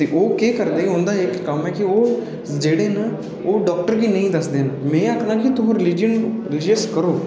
ओह् केह् करदे उं'दा इक्क कम्म ऐ कि ओह् जेह्ड़े न ओह् डाक्टर गी नेईं दसदे मे आखना कि तुस रीलिजन पर विश्वास करो